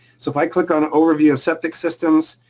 so if i click on overview of septic systems,